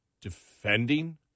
defending